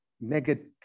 negative